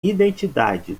identidade